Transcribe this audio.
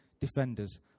defenders